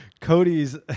Cody's